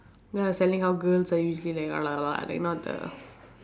then I was telling how girls are usually like like you know the